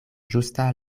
ĝusta